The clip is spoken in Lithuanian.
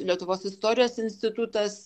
lietuvos istorijos institutas